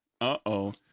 Uh-oh